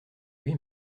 lui